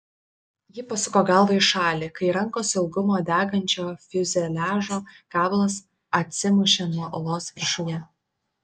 ji pasuko galvą į šalį kai rankos ilgumo degančio fiuzeliažo gabalas atsimušė nuo uolos viršuje